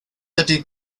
ydy